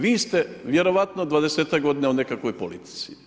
Vi ste vjerovatno dvadesetak godina u nekakvoj politici.